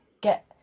get